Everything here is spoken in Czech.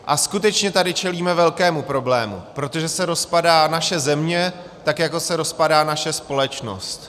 A skutečně tady čelíme velkému problému, protože se rozpadá naše země tak, jako se rozpadá naše společnost.